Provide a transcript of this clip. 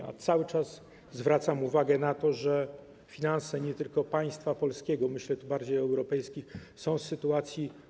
A cały czas zwracam uwagę na to, że finanse nie tylko państwa polskiego, myślę tu bardziej o finansach europejskich, są w trudnej sytuacji.